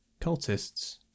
cultists